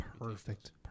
Perfect